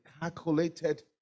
calculated